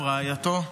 רעייתו.